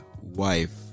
wife